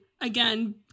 again